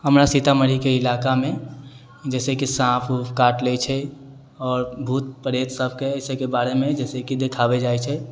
हमरा सीतामढ़ीके इलाकामे जैसे कि साँप ऊप काटि लै छै आओर भूत प्रेत सभके इसभके बारेमे जैसे कि देखाबै जाइ छै